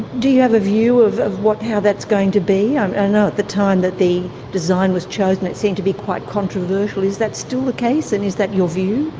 do you have a view of of how that's going to be? um i know at the time that the design was chosen it seemed to be quite controversial is that still the case, and is that your view?